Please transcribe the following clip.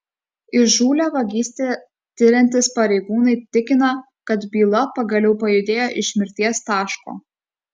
įžūlią vagystę tiriantys pareigūnai tikina kad byla pagaliau pajudėjo iš mirties taško